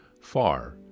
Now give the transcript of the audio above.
far